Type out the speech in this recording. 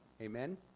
amen